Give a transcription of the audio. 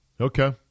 okay